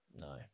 No